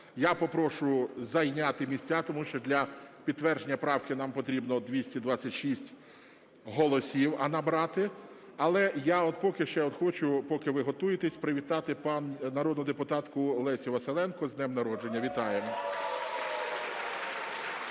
Я попрошу зайняти місця, тому що для підтвердження правки нам потрібно 226 голосів набрати. Але я поки що хочу, поки ви готуєтесь, привітати народну депутатку Лесю Василенко з днем народження. Вітаємо.